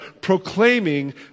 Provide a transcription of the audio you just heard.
proclaiming